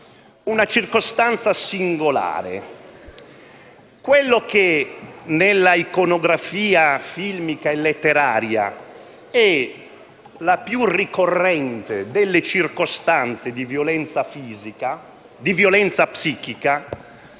una circostanza singolare: quella che nella iconografia filmica e letteraria è la più ricorrente delle circostanze di violenza psichica,